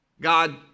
God